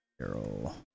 Girl